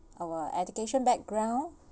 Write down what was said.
our education background